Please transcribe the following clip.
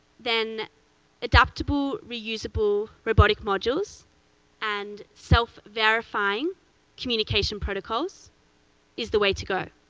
then adaptable, reusable, robotic modules and self-verifying communication protocols is the way to go.